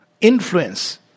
Influence